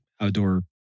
outdoor